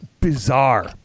bizarre